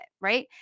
right